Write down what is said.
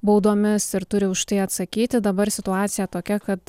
baudomis ir turi už tai atsakyti dabar situacija tokia kad